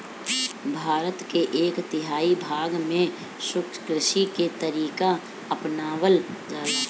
भारत के एक तिहाई भाग में शुष्क कृषि के तरीका अपनावल जाला